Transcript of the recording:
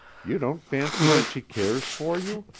you don't fancy that she cares for you?